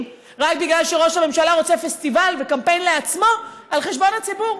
רק בגלל שראש הממשלה רוצה פסטיבל וקמפיין לעצמו על חשבון הציבור.